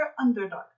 underdog